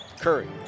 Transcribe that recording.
Curry